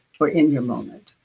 or in your moment